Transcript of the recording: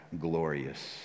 glorious